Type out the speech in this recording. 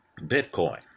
Bitcoin